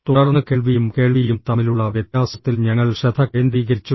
തുടർന്ന് കേൾവിയും കേൾവിയും തമ്മിലുള്ള വ്യത്യാസത്തിൽ ഞങ്ങൾ ശ്രദ്ധ കേന്ദ്രീകരിച്ചു